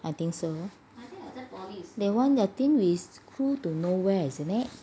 I think so that [one] I think is cruise to nowhere isn't it